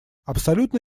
абсолютно